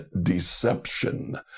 deception